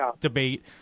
debate